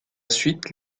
suite